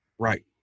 right